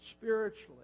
spiritually